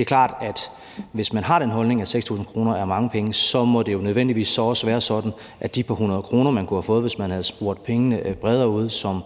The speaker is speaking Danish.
er klart, at hvis man har den holdning, at 6.000 kr. er mange penge, må det jo nødvendigvis så også være sådan, at det par hundrede kroner, man kunne have fået, hvis man havde spredt pengene bredere ud, som